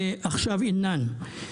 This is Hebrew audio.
ועכשיו אינם.